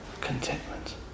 contentment